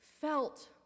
felt